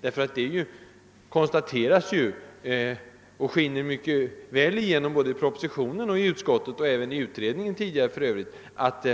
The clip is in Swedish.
Det skiner väl igenom både i propositionen och i utskottsutlåtandet, och för övrigt tidigare även i utredningens betänkande, att